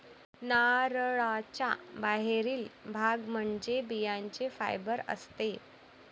नारळाचा बाहेरील भाग म्हणजे बियांचे फायबर असते